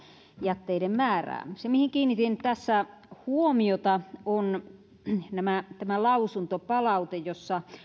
jätteiden määrää se mihin kiinnitin tässä huomiota on tämä lausuntopalaute jossa